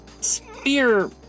Spear